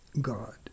God